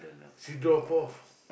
she drop off